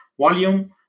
volume